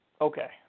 Okay